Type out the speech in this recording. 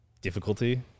difficulty